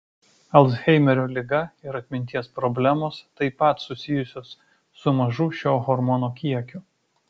alzheimerio liga ir atminties problemos taip pat susijusios su mažu šio hormono kiekiu